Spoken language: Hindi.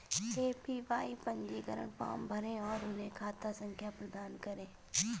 ए.पी.वाई पंजीकरण फॉर्म भरें और उन्हें खाता संख्या प्रदान करें